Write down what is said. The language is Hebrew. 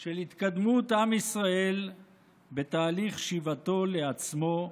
של התקדמות עם ישראל בתהליך שיבתו לעצמו,